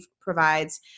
provides